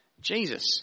jesus